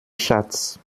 schatz